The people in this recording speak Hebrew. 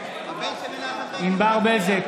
הבן של מנחם בגין (קורא בשמות חברי הכנסת) ענבר בזק,